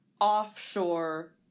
offshore